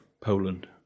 Poland